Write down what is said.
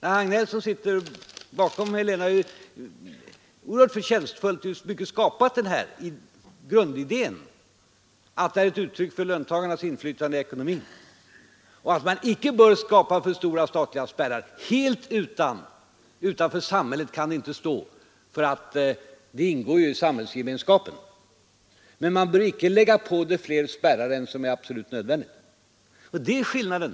Herr Hagnell, som sitter på bänken bakom mig i kammaren, har oerhört förtjänstfullt utvecklat grundidén att detta aktieinnehav skall vara ett uttryck för löntagarnas inflytande i ekonomin och att man icke Nr 99 bör skapa alltför stora statliga Sparar Helt utanför samhället kan Torsdagen den aktieinnehavet inte stå, eftersom det ingår i samhällsgemenskapen, men 24 maj 1973 man bör inte lägga på det fler spärrar än vad som är absolut nödvändigt. Det är skillnaden.